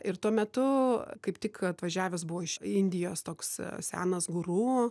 ir tuo metu kaip tik atvažiavęs buvo iš indijos toks senas guru